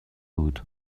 بود